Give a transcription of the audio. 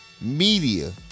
media